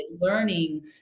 learning